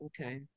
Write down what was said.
okay